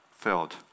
filled